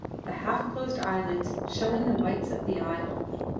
the half-closed eyelids showing the whites of the eye only.